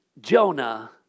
Jonah